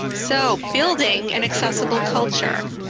so building an accessible culture.